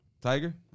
Tiger